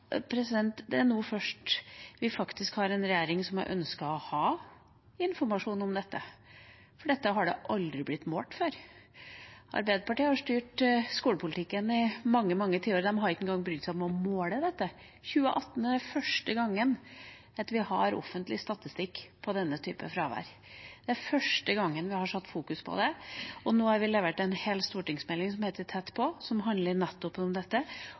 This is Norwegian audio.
det er først nå vi har en regjering som har ønsket å ha informasjon om dette, for dette har aldri før blitt målt. Arbeiderpartiet har styrt skolepolitikken i mange tiår, og de har ikke engang brydd seg om å måle dette. 2018 var første gang vi fikk offentlig statistikk om denne typen fravær. Det var første gang en fokuserte på det. Nå har vi levert en stortingsmelding som heter «Tett på – tidlig innsats og inkluderende fellesskap i barnehage, skole og SFO», som handler nettopp om dette.